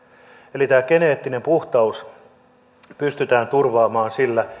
eli tämä geneettinen puhtaus tulee pystyä turvaamaan